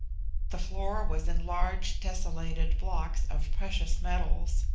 the floor was in large tesselated blocks of precious metals,